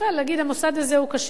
להגיד: המוסד הזה הוא כשר,